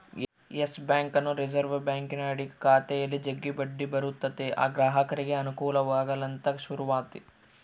Yes ಬ್ಯಾಂಕನ್ನು reserve ಬ್ಯಾಂಕಿನ ಅಡಿಗ ಖಾತೆಯಲ್ಲಿ ಜಗ್ಗಿ ಬಡ್ಡಿ ಬರುತತೆ ಗ್ರಾಹಕರಿಗೆ ಅನುಕೂಲವಾಗಲಂತ ಶುರುವಾತಿ